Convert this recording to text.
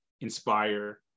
inspire